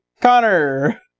Connor